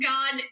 God